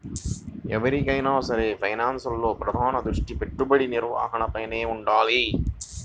ఎవరికైనా సరే ఫైనాన్స్లో ప్రధాన దృష్టి పెట్టుబడి నిర్వహణపైనే వుండాలి